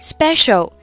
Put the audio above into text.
Special